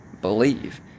believe